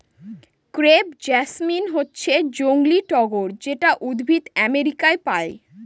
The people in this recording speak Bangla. ক্রেপ জেসমিন হচ্ছে জংলী টগর যেটা উদ্ভিদ আমেরিকায় পায়